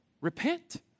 Repent